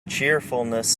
cheerfulness